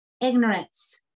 ignorance